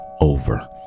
over